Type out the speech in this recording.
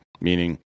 Meaning